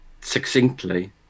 succinctly